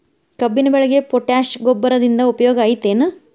ಕಬ್ಬಿನ ಬೆಳೆಗೆ ಪೋಟ್ಯಾಶ ಗೊಬ್ಬರದಿಂದ ಉಪಯೋಗ ಐತಿ ಏನ್?